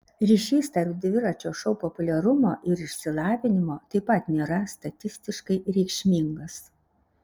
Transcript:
ryšys tarp dviračio šou populiarumo ir išsilavinimo taip pat nėra statistiškai reikšmingas